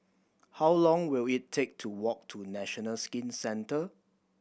how long will it take to walk to National Skin Centre